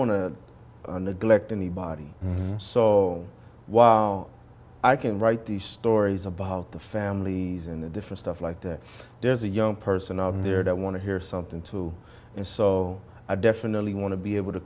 to neglect any body so while i can write these stories about the family and the different stuff like that there's a young person out there that want to hear something too and so i definitely want to be able to